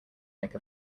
make